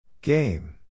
Game